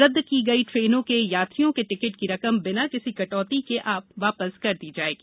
रद्द की गई ट्रेनों के यात्रियों के टिकिट की रकम बिना किसी कटौती के वापस कर दी जाएगी